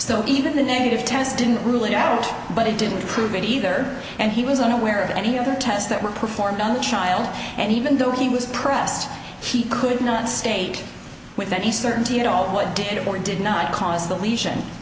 so even the negative test didn't rule it out but it didn't prove it either and he was unaware of any other tests that were performed on the child and even though he was pressed he could not state with any certainty at all what did or did not cause the le